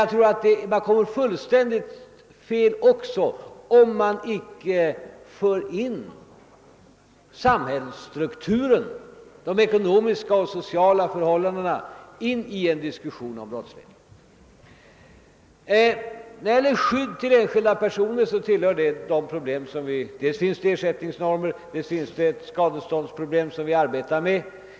Jag tror emellertid att man kommer fullständigt fel om man inte för in samhällsstrukturen — de ekonomiska och sociala förhållandena — i en diskussion om brottsligheten. När det gäller skydd för enskilda personer finns det dels ersättningsnormer, dels ett skadeståndsproblem som vi arbetar med.